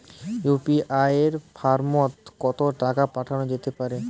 UPI মারফত কত টাকা পাঠানো যেতে পারে?